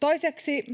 Toiseksi,